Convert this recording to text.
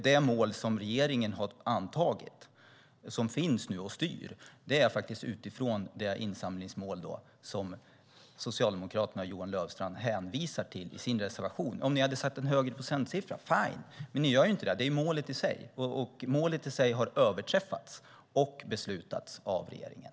Det mål som regeringen har antagit och som nu finns och styr grundar sig på det insamlingsmål som Socialdemokraterna och Johan Löfstrand hänvisar till i sin reservation. Om ni hade satt en högre procentsiffra - fine ! Men ni gör inte det, utan det handlar om målet i sig - som har beslutats och överträffats av regeringen.